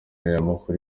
nyamukuru